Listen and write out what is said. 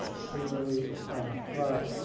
see where we right.